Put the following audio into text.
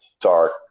dark